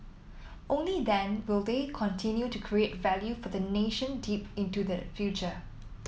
only then will they continue to create value for the nation deep into the future